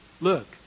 Look